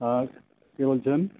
হ্যাঁ কে বলছেন